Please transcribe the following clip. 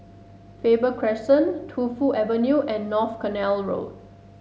Faber Crescent Tu Fu Avenue and North Canal Road